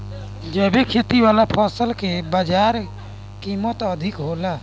जैविक खेती वाला फसल के बाजार कीमत अधिक होला